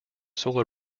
solar